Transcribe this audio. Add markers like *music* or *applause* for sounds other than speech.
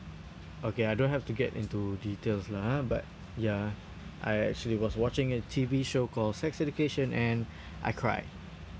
okay I don't have to get into details lah ha but ya I actually was watching a T_V show called sex education and *breath* I cried